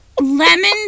Lemon